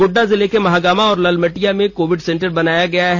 गोड्डा जिले के महागामा और ललमटिया में कोविड सेंटर बनाया गया है